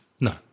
No